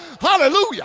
Hallelujah